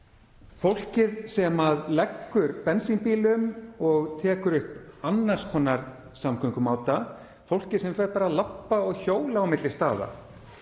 fólkinu sem leggur bensínbílum og tekur upp annars konar samgöngumáta, fólkinu sem fer bara að labba og hjóla á milli staða.